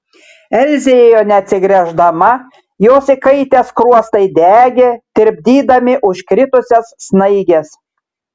elzė ėjo neatsigręždama jos įkaitę skruostai degė tirpdydami užkritusias snaiges